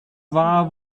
war